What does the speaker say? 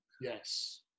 Yes